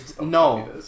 No